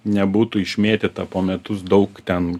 nebūtų išmėtyta po metus daug ten